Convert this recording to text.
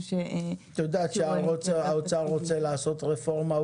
--- את יודעת שכשהאוצר רוצה לעשות רפורמה,